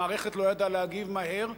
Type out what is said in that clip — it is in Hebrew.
המערכת לא ידעה להגיב מהר,